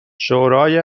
شورای